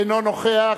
אינו נוכח.